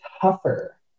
tougher